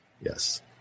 Yes